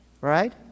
right